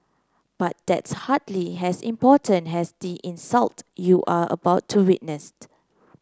but that's hardly as important as the insult you are about to witnessed